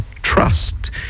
trust